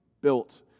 built